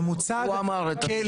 הוא אמר המדינה ויתרה על הכסף.